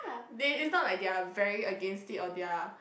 they it's not like they are very against it or they are